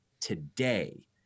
today